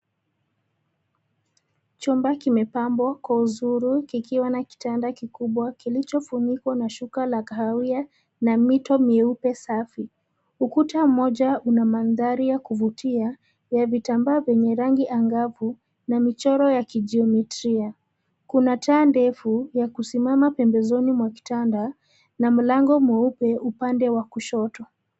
Chumba kimepambwa kwa uzuru kikiwa na kitanda kikubwa kilichofunikwa na shuka la kahawia, na mito miupe safi. Ukuta mmoja una mandhari ya kuvutia, ya vitambaa vyenye rangi angavu, na michoro ya kijiometria. Kuna taa ndefu, ya kusimama pembezoni mwa kitanda, na mlango mweupe upande wa kushoto.